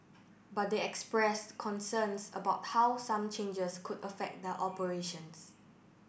but they expressed concerns about how some changes could affect their operations